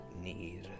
need